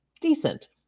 decent